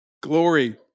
Glory